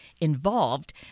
involved